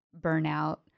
burnout